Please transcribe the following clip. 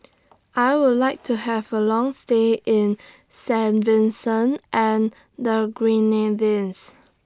I Would like to Have A Long stay in Saint Vincent and The Grenadines